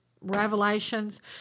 Revelations